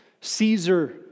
Caesar